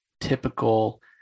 typical